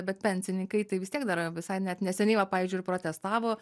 bet pensininkai tai vis tiek dar visai net neseniai va pavyzdžiui ir protestavo